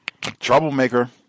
Troublemaker